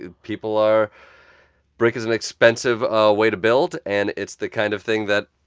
people are brick is an expensive ah way to build, and it's the kind of thing that,